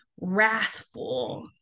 wrathful